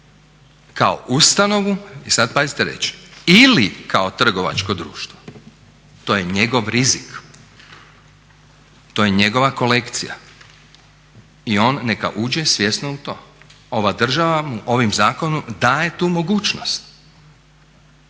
kao ustanovu i sad pazite riječ ili kao trgovačko društvo. To je njegov rizik, to je njegova kolekcija i on neka uđe svjesno u to. Ova država mu ovim zakonom daje tu mogućnost.